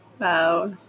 wow